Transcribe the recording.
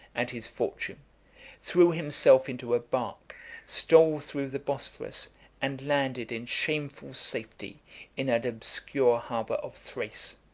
and his fortune threw himself into a bark stole through the bosphorus and landed in shameful safety in an obscure harbor of thrace.